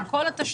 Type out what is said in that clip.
את כל התשתיות,